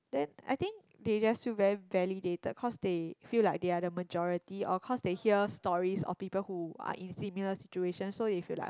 then I think they just feel very validated cause they feel like their the majority or cause they hear stories of people who are in similar situation so if you're like